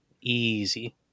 Easy